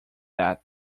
that